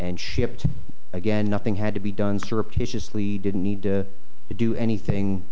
and shipped again nothing had to be done surreptitiously didn't need to do anything